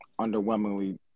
underwhelmingly